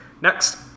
Next